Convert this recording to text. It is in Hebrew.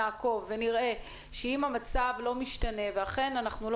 נעקוב ונראה שאם המצב לא משתנה ואכן אנחנו לא